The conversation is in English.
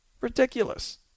ridiculous